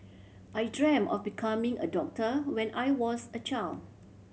I dream of becoming a doctor when I was a child